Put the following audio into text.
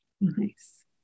nice